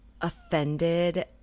offended